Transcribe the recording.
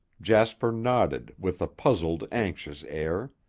jasper nodded with a puzzled, anxious air.